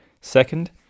Second